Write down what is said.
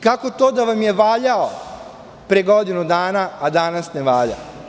Kako to da vam je valjao pre godinu dana, a danas ne valja?